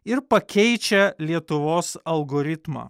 ir pakeičia lietuvos algoritmą